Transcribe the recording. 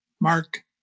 Mark